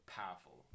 powerful